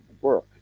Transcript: work